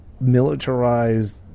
militarized